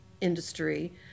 industry